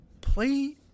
Play